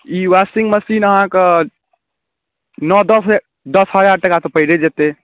ई washing machine अहाँके नओ दस हजार दस हजार टका तऽ पैरे जेतै